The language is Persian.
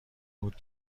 بود